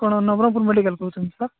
କ'ଣ ନବରଙ୍ଗପୁର ମେଡିକାଲ୍ କହୁଛନ୍ତି ତ